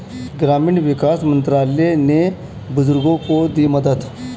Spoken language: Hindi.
ग्रामीण विकास मंत्रालय ने बुजुर्गों को दी मदद